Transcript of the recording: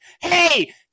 hey